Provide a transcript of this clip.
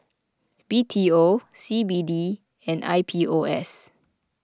B T O C B D and I P O S